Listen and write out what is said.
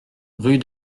rue